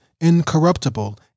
incorruptible